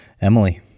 Emily